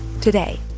today